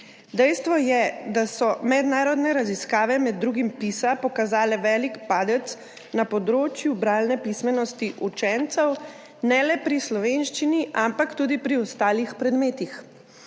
Dejstvo je, da so mednarodne raziskave, med drugim PISA, pokazale velik padec na področju bralne pismenosti učencev, ne le pri slovenščini, ampak tudi pri ostalih predmetih.